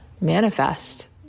manifest